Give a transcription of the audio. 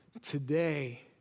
today